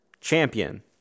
champion